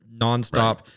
nonstop